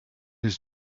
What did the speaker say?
his